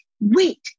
wait